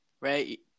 right